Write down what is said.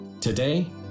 Today